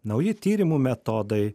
nauji tyrimų metodai